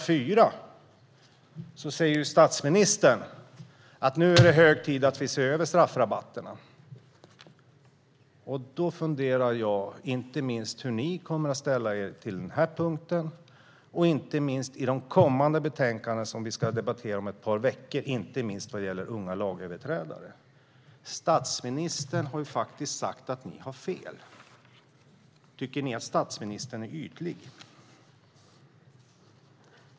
4 sa nämligen statsministern att det nu är hög tid att vi ser över straffrabatterna. Jag funderar på hur ni kommer att ställa er till den här punkten, inte minst i de kommande betänkanden som vi ska debattera om ett par veckor och inte minst vad gäller unga lagöverträdare. Statsministern har faktiskt sagt att ni har fel. Tycker ni att statsministern är ytlig?